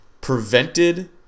prevented